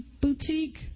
boutique